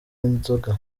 inzoga